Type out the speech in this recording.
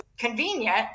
convenient